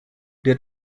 der